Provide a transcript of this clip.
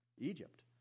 Egypt